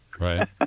right